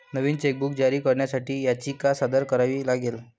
नवीन chequebook जारी करण्यासाठी याचिका सादर करावी लागेल